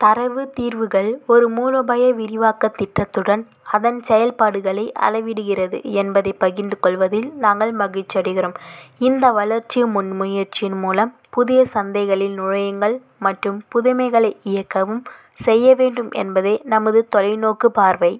தரவுத் தீர்வுகள் ஒரு மூலோபாய விரிவாக்க திட்டத்துடன் அதன் செயல்பாடுகளை அளவிடுகிறது என்பதை பகிர்ந்து கொள்வதில் நாங்கள் மகிழ்ச்சியடைகிறோம் இந்த வளர்ச்சி முன்முயற்சியின் மூலம் புதிய சந்தைகளில் நுழையுங்கள் மற்றும் புதுமைகளை இயக்கவும் செய்ய வேண்டும் என்பதே நமது தொலைநோக்குப் பார்வை